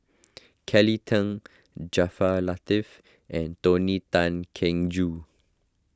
Kelly Tang Jaafar Latiff and Tony Tan Keng Joo